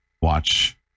Watch